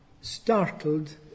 startled